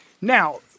Now –